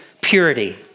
purity